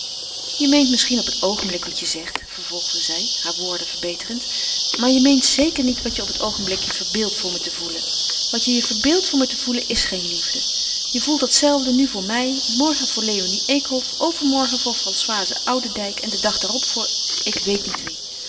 je meent misschien op het oogenblik wat je zegt vervolgde zij haar woorden verbeterend maar je meent zeker niet wat je op het oogenblik je verbeeldt voor me te gevoelen wat je je verbeeldt voor me te gevoelen is geen liefde je voelt dat zelfde nu voor mij morgen voor léonie eekhof overmorgen voor françoise oudendijk en den dag daarop voor ik weet niet wie